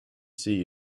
see